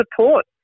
support